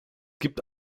gibt